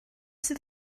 sydd